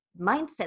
mindset